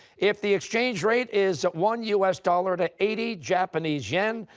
if the exchange rate is one u s. dollar to eighty japanese yen,